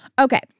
Okay